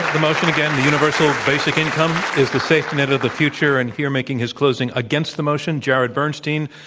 the motion again, the universal basic income is the safety net of the future. and here making his closing against the motion, jared bernstein,